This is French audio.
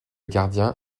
gardien